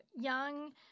young